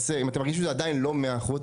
אם אתם מרגישים שעדיין זה לא מאה אחוז,